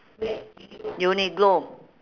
uniqlo